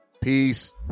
Peace